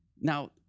Now